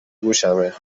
گوشمه